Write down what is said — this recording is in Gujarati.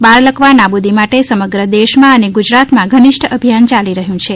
બાળલક્વા નાબૂદિ માટે સમગ્ર દેશમાં અને ગુજરાતમાં ધનિષ્ઠ અભિયાન યાલી રહ્યું છે